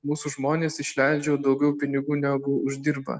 mūsų žmonės išleidžia daugiau pinigų negu uždirba